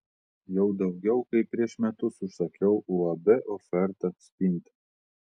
jau daugiau kaip prieš metus užsakiau uab oferta spintą